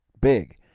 big